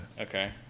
Okay